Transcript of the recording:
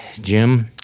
jim